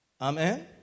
Amen